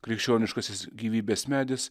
krikščioniškasis gyvybės medis